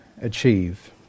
achieve